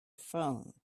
phone